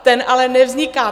Ten ale nevzniká.